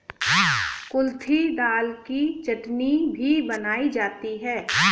कुल्थी दाल की चटनी भी बनाई जाती है